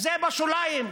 זה בשוליים.